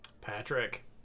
Patrick